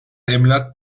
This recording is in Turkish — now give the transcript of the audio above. emlak